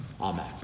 Amen